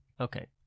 okay